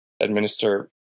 administer